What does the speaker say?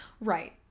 Right